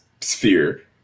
sphere